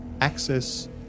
access